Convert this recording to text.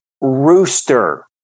rooster